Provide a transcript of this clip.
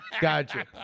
Gotcha